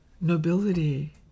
nobility